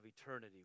eternity